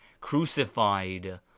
crucified